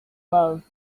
love